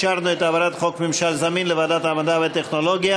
אישרנו את העברת הצעת חוק ממשל זמין לוועדת המדע והטכנולוגיה,